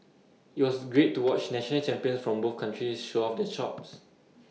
IT was great to watch national champions from both countries show off their chops